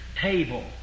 table